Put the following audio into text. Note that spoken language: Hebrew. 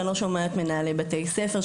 אני לא שומעת מנהלי בתי ספר,